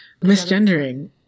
misgendering